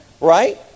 right